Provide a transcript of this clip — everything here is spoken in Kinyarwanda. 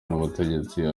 n’ubutegetsi